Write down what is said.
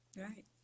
right